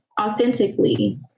authentically